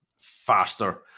faster